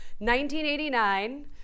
1989